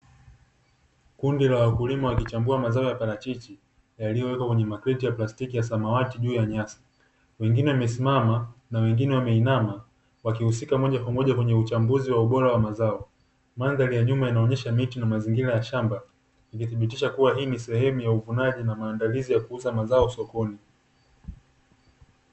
Kundi la wakulima wakichambua mazao ya parachichi yaliyowekwa kwenye makreti ya plastiki ya samawati juu ya nyasi, wengine wamesimama na wengine wameinama wakihusika moja kwa moja kwenye uchambuzi wa ubora wa mazao. Mandhari ya nyuma inaonyesha miti na mazingira ya shamba likithibitisha kuwa hii ni sehemu ya uvunaji na maandalizi ya kuuza mazao sokoni.